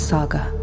Saga